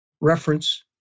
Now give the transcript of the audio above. reference